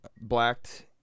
blacked